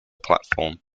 platform